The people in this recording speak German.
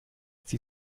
sie